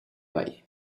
bai